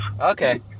okay